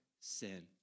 sin